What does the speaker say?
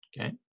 Okay